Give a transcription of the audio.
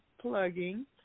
plugging